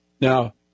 Now